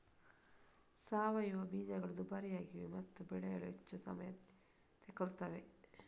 ಸಾವಯವ ಬೀಜಗಳು ದುಬಾರಿಯಾಗಿವೆ ಮತ್ತು ಬೆಳೆಯಲು ಹೆಚ್ಚು ಸಮಯ ತೆಗೆದುಕೊಳ್ಳುತ್ತವೆ